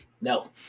no